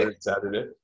Saturday